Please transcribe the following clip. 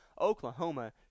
Oklahoma